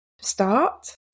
start